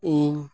ᱤᱧ